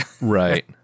Right